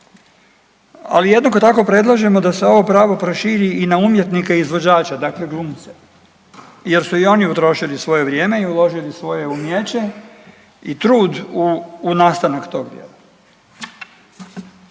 Ali, jednako tako predlažemo da se ovo pravo proširi i na umjetnike i izvođače, dakle glumce jer su i oni utrošili svoje vrijeme i uložili svoje umijeće i trud u nastanak tog djela.